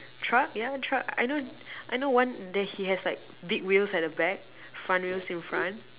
truck yeah truck I know I know one there he has like big wheels at the back front wheels in front